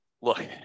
Look